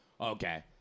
Okay